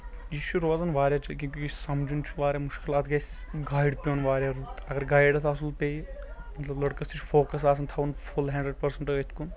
یہِ چھُ روزان واریاہ چونکہِ یہِ سمجُن چھُ واریاہ مُشکِل اَتھ گژھہِ گایِڈ پیوٚن واریاہ رُت اگر گایِڈ اتھ اَصل پیٚیہِ مطلب لٔڑکس تہِ چھُ فوکس آسان تھاوُن فُل ہنڈرڈ پٔرسنٹ أتھۍ کُن